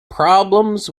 problems